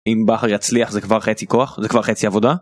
אם בכר יצליח, זה כבר חצי כוח, זה כבר חצי עבודה.